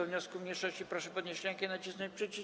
wniosku mniejszości, proszę podnieść rękę i nacisnąć przycisk.